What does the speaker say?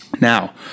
Now